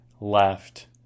left